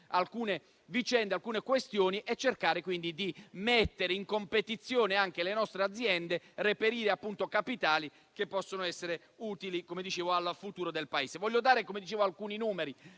più semplice alcune questioni, cercare di mettere in competizione le nostre aziende e reperire capitali che possono essere utili al futuro del Paese.